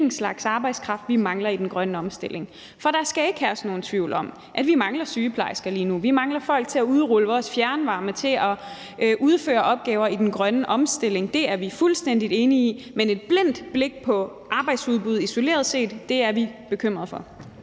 hvilken slags arbejdskraft vi mangler i den grønne omstilling. For der skal ikke herske nogen tvivl om, at vi mangler sygeplejersker lige nu. Vi mangler folk til at udrulle vores fjernvarme og til at udføre opgaver i den grønne omstilling. Det er vi fuldstændig enige i. Men det at have et blindt blik på arbejdsudbud isoleret set er noget, vi er bekymret for.